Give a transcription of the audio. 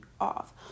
off